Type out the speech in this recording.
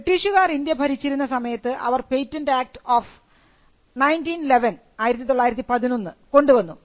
ബ്രിട്ടീഷുകാർ ഇന്ത്യ ഭരിച്ചിരുന്ന സമയത്ത് അവർ പേറ്റന്റ് ആക്ട് ഓഫ് 1911 കൊണ്ടുവന്നു